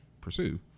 pursue